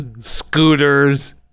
scooters